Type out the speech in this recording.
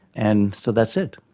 and so that's it,